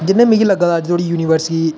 ते जिन्ने मिगी लग्गै दा अज्ज धोड़ी युनिवर्स गी